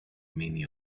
many